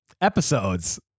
episodes